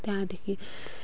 त्यहाँदेखि